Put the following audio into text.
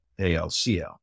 ALCL